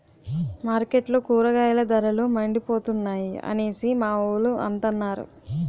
మార్కెట్లో కూరగాయల ధరలు మండిపోతున్నాయి అనేసి మావోలు అంతన్నారు